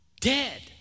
Dead